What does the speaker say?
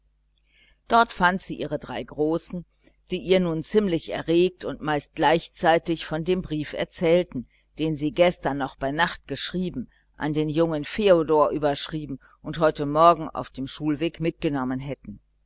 dort fand sie ihre drei großen die ihr nun ziemlich erregt und meist gleichzeitig von dem brief erzählten den sie gestern noch bei nacht geschrieben an den jungen feodor adressiert und heute morgen auf dem schulweg mitgenommen hätten